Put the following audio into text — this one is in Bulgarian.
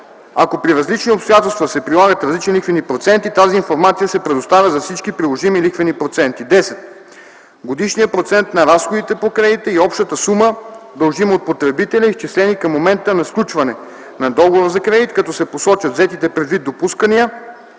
ако при различни обстоятелства се прилагат различни лихвени проценти, тази информация се предоставя за всички приложими лихвени проценти; 10. годишния процент на разходите по кредита и общата сума, дължима от потребителя, изчислени към момента на сключване на договора за кредит, като се посочат взетите предвид допускания,